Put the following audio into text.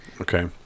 Okay